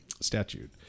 statute